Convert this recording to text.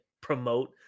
promote